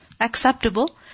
acceptable